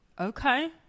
Okay